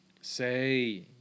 Say